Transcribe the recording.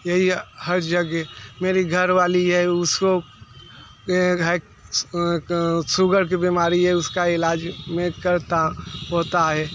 यही हर जगह मेरी घरवाली है उसको ये है सूगर की बीमारी है उसका इलाज मैं करता होता है